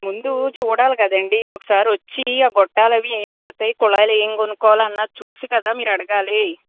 ముందు చూడాలి కదండీ ఒకసారి వచ్చి ఆ గొట్టాలు అవి ఏం పడతాయి కుళాయిలు ఏం కొనుక్కోవాలి అన్నది చూసి కదా మీరు అడగాలి